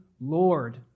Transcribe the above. Lord